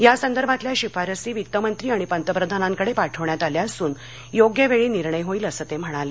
यासंदर्भातल्या शिफारसी वित्तमंत्री आणि पंतप्रधानांकडे पाठवण्यात आल्या असून योग्य वेळी निर्णय होईल असं ते म्हणाले